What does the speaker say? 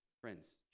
Friends